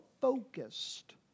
focused